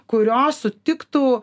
kurios sutiktų